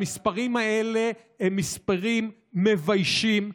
המספרים האלה הם מספרים מביישים,